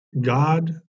God